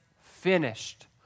finished